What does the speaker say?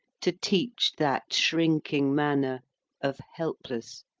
to teach that shrinking manner of helpless,